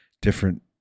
different